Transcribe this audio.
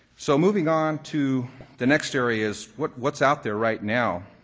so moving onto the next area is what's what's out there right now.